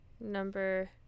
Number